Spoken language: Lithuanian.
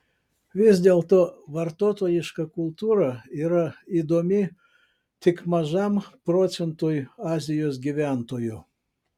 vis dėlto vartotojiška kultūra yra įdomi tik mažam procentui azijos gyventojų